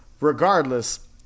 Regardless